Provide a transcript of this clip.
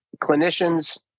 clinicians